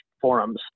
forums